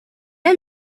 est